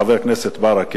חבר הכנסת ברכה,